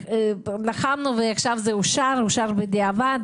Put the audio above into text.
לחמנו ועכשיו זה אושר בדיעבד.